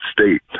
state